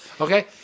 Okay